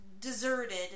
deserted